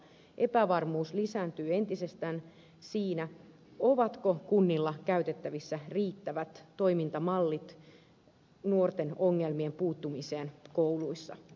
epävarmuus lisääntyy entisestään siinä ovatko kunnilla käytettävissä riittävät toimintamallit nuorten ongelmiin puuttumiseen kouluissa